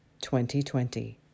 2020